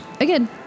again